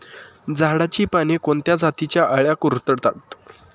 झाडाची पाने कोणत्या जातीच्या अळ्या कुरडतात?